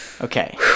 Okay